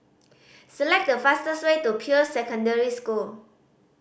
select the fastest way to Peirce Secondary School